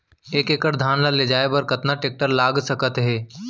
एक एकड़ धान ल ले जाये बर कतना टेकटर लाग सकत हे?